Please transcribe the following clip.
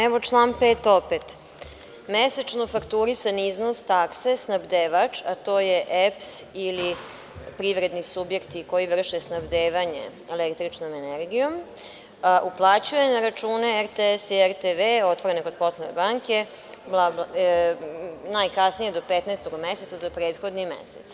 Evo, član 5. opet – mesečno fakturisan iznos takse, snabdevač, a to je EPS ili privredni subjekti koji vrše snabdevanje električnom energijom, uplaćuje na račune RTS i RTV, otvorene kod poslovne banke, najkasnije do 15. u mesecu, za prethodni mesec.